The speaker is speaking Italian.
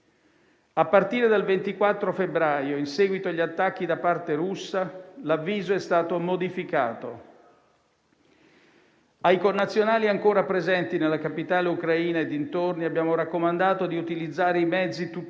A partire dal 24 febbraio, in seguito agli attacchi da parte russa, l'avviso è stato modificato: ai connazionali ancora presenti nella capitale ucraina e dintorni abbiamo raccomandato di utilizzare i mezzi tuttora